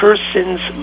Person's